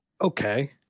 Okay